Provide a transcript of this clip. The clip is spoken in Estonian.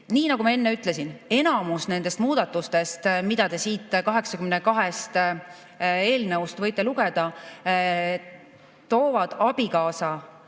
nagu ma enne ütlesin, enamus nendest muudatustest, mida te siit 82 eelnõust võite lugeda, toovad "abikaasa"